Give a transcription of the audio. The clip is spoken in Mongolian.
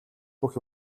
бүх